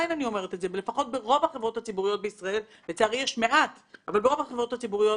ברוב החברות הציבוריות בישראל לצערי יש מעט - יודעים